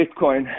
Bitcoin